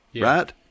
Right